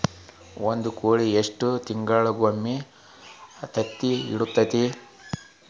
ಒಂದ್ ಕೋಳಿ ಎಷ್ಟ ತಿಂಗಳಿಗೊಮ್ಮೆ ತತ್ತಿ ಇಡತೈತಿ?